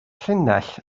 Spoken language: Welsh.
llinell